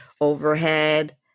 overhead